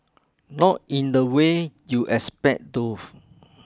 not in the way you expect though